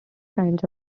kinds